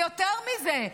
ויותר מזה,